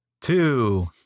two